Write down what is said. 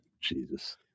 Jesus